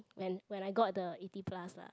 when when I got the eighty plus lah